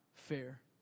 Fair